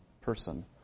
person